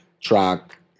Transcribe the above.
track